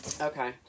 Okay